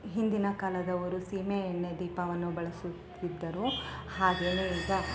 ಹಿಂದಿನ ಕಾಲದವರು ಸೀಮೆಎಣ್ಣೆ ದೀಪವನ್ನು ಬಳಸುತ್ತಿದ್ದರು ಹಾಗೇನೆ ಈಗ